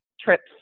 trips